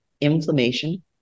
Inflammation